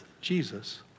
Jesus